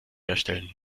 herstellen